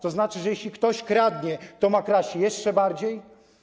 To znaczy, że jeśli ktoś kradnie, to ma kraść jeszcze bardziej?